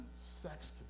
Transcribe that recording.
sex